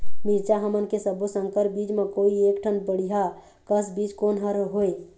मिरचा हमन के सब्बो संकर बीज म कोई एक ठन बढ़िया कस बीज कोन हर होए?